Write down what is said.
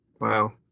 wow